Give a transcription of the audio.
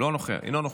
אינו נוכח,